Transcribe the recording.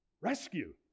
rescue